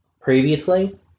previously